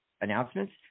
announcements